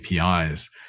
APIs